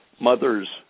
mother's